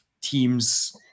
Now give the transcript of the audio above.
teams